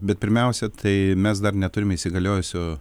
bet pirmiausia tai mes dar neturime įsigaliojusio